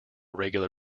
regular